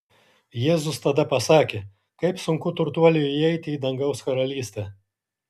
jėzus tada pasakė kaip sunku turtuoliui įeiti į dangaus karalystę